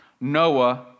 Noah